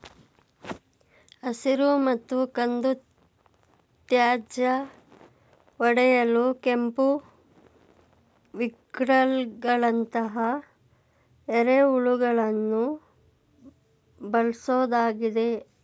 ಹಸಿರು ಮತ್ತು ಕಂದು ತ್ಯಾಜ್ಯ ಒಡೆಯಲು ಕೆಂಪು ವಿಗ್ಲರ್ಗಳಂತಹ ಎರೆಹುಳುಗಳನ್ನು ಬಳ್ಸೋದಾಗಿದೆ